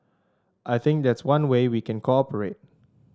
I think that's one way we can cooperate